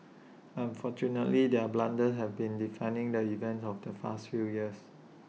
unfortunately their blunders have been did finding the event of the fast few years